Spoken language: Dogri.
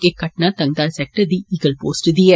एह् घटना टंगघार सेक्टर दी ईगल पोस्ट दी ऐ